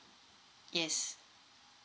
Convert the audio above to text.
yes